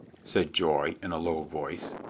said joy in a low voice,